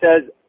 says